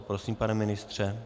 Prosím, pane ministře.